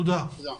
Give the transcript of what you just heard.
תודה.